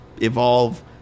evolve